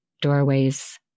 doorways